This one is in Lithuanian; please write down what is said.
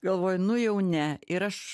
galvoju nu jau ne ir aš